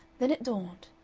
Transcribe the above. then it dawned.